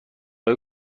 های